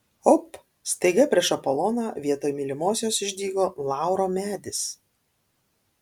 op staiga prieš apoloną vietoj mylimosios išdygo lauro medis